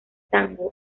tango